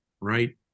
right